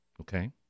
Okay